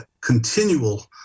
continual